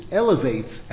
elevates